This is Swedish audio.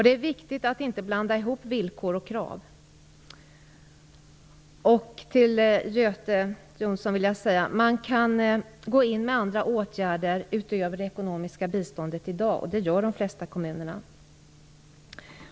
Det är viktigt att inte blanda ihop villkor och krav. Till Göte Jonsson vill jag säga: Man kan i dag gå in med andra åtgärder utöver det ekonomiska biståndet, och det gör de flesta kommunerna.